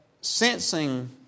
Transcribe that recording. sensing